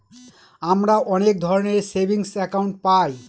আমরা অনেক ধরনের সেভিংস একাউন্ট পায়